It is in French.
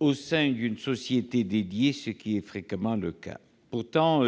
au sein d'une société dédiée, ce qui est fréquemment le cas. Pourtant,